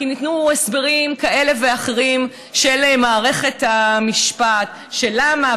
ניתנו הסברים כאלה ואחרים של מערכת המשפט של למה,